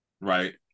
right